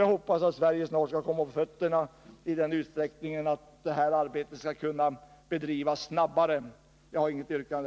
Jag hoppas att Sverige ekonomiskt skall komma på fötter så att detta arbete kan bedrivas snabbare. Herr talman! Jag har inget yrkande.